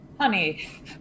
honey